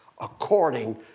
according